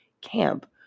camp